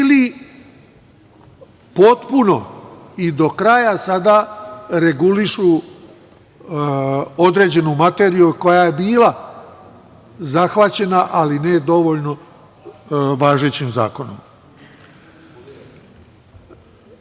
ili potpuno i do kraja sada regulišu određenu materiju koja je bila zahvaćena, ali ne i dovoljno, važećim zakonom. Mislim